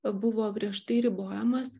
buvo griežtai ribojamas